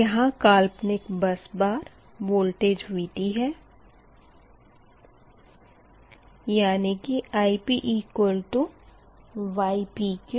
यहाँ काल्पनिक bus bar voltage Vt है यानी कि IpypqVp Vt